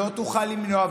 לא תוכל למנוע,